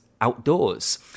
outdoors